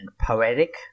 poetic